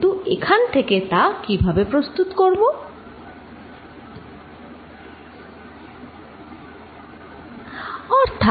আমি এখান থেকে তা কিভাবে প্রস্তুত করবো